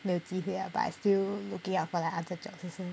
没有机会了 but I still looking out for other jobs also